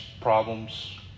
problems